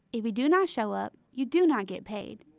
if you do not show up, you do not get paid.